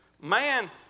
Man